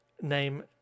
name